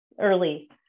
early